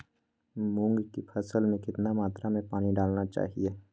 मूंग की फसल में कितना मात्रा में पानी डालना चाहिए?